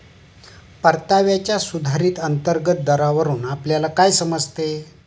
परताव्याच्या सुधारित अंतर्गत दरावरून आपल्याला काय समजते?